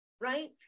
right